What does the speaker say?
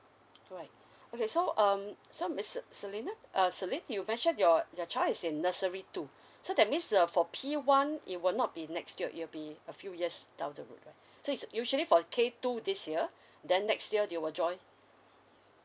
alright okay so um so miss selina uh selene you mentioned your your child is in nursery two so that means uh for P one it will not be next year it will be a few years down the road lah so it's usually for K two this year then next year they will join